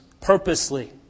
purposely